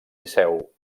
liceu